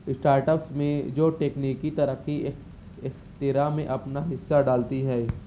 starts میں جو ٹیکنیکی ترقی اخ اختراع میں اپنا حصہ ڈالتی ہے